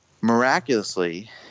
miraculously